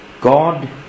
God